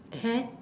at